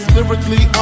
Lyrically